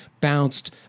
Bounced